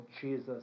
Jesus